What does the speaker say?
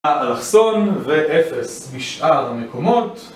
האלכסון ואפס בשאר המקומות